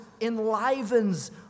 enlivens